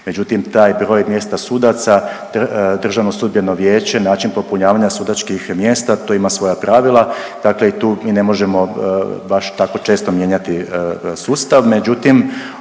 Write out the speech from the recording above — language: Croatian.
međutim, taj broj mjesta sudaca DSV, način popunjavanja sudačkih mjesta, to ima svoja pravila, dakle i tu i ne možemo baš tako često mijenjati sustav,